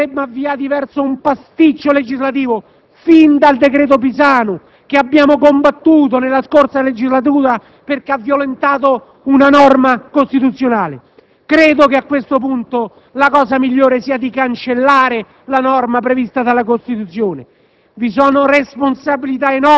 limpide. Sapevamo che ci si sarebbe avviati verso un pasticcio legislativo fin dal decreto Pisanu, che abbiamo combattuto nella scorsa legislatura perché ha violentato una norma costituzionale. Credo che a questo punto la cosa migliore sia di cancellare la norma prevista dalla Costituzione.